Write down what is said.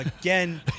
again